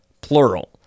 plural